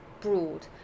broad